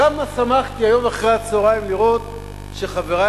כמה שמחתי היום אחרי הצהריים לראות שחברי